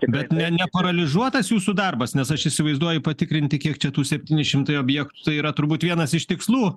bet ne neparalyžuotas jūsų darbas nes aš įsivaizduoju patikrinti kiek čia tų septyni šimtai objektų tai yra turbūt vienas iš tikslų